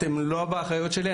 אתם לא באחריות שלי,